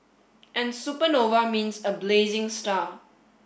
and supernova means a blazing star